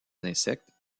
insectes